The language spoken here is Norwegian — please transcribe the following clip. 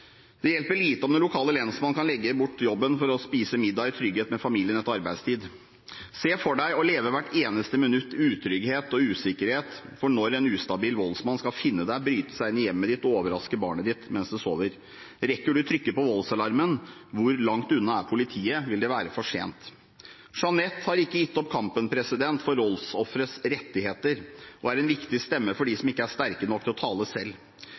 Det hjelper lite at den lokale lensmannen kan legge bort jobben for å spise middag i trygghet med familien etter arbeidstid. Se for deg å leve hvert eneste minutt i utrygghet og usikkerhet for når en ustabil voldsmann skal finne deg, bryte seg inn i hjemmet ditt og overraske barnet ditt mens det sover. Rekker du å trykke på voldsalarmen? Hvor langt unna er politiet? Vil det være for sent? Jeanette har ikke gitt opp kampen for voldsofres rettigheter og er en viktig stemme for dem som ikke er sterke nok til å tale selv.